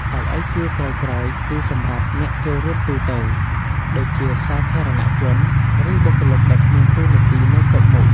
កៅអីជួរក្រោយៗ គឺសម្រាប់អ្នកចូលរួមទូទៅ ដូចជាសាធារណជន ឬបុគ្គលិកដែលគ្មានតួនាទីនៅតុមុខ។